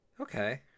Okay